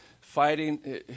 Fighting